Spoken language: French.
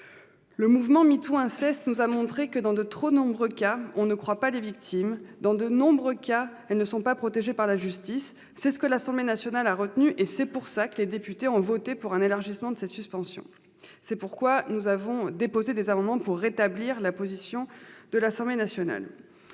Le mouvement #MeTooInceste nous a montré que, dans de trop nombreux cas, on ne croit pas les victimes. Et comme on ne les croit pas, elles ne sont pas protégées par la justice. C'est ce que l'Assemblée nationale a retenu, et c'est pour cette raison que les députés ont voté pour un élargissement de cette suspension. Aussi avons-nous déposé des amendements visant à rétablir la rédaction de l'Assemblée nationale.